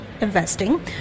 investing